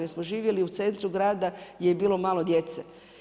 Jer smo živjeli u centru grada gdje je bilo malo djece.